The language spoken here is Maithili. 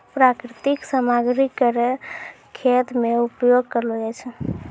प्राकृतिक सामग्री केरो खेत मे उपयोग करलो जाय छै